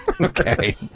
Okay